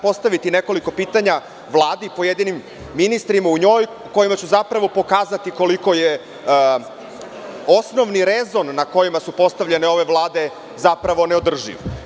Postaviću nekoliko pitanja Vladi, pojedinim ministrima u njoj, kojima ću zapravo pokazati koliko je osnovni rezon na kojima su postavljene ove Vlade zapravo neodrživ.